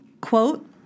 Quote